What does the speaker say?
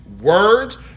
words